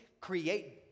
create